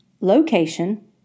location